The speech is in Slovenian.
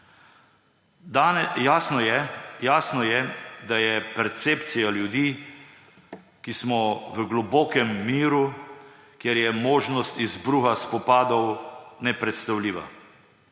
Jasno je, da je percepcija ljudi, ki smo v globokem miru, kjer je možnost izbruha spopadov nepredstavljiva.